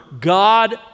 God